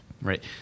Right